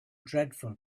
dreadful